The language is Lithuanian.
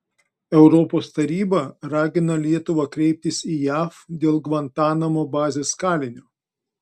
europos taryba ragina lietuvą kreiptis į jav dėl gvantanamo bazės kalinio